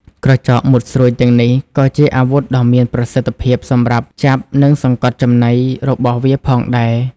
ក្រចកមុតស្រួចទាំងនេះក៏ជាអាវុធដ៏មានប្រសិទ្ធភាពសម្រាប់ ចាប់ និងសង្កត់ចំណី របស់វាផងដែរ។